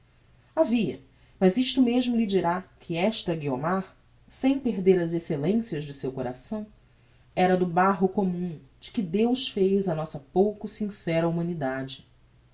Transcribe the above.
havia mas isto mesmo lhes dirá que esta guiomar sem perder as excellencias de seu coração era do barro commum de que deus fez a nossa pouco sincera humanidade